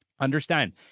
Understand